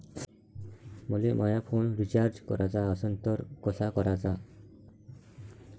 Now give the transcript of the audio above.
मले माया phone recharge कराचा असन तर कसा कराचा?